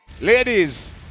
Ladies